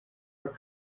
are